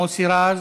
מוסי רז,